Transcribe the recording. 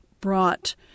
brought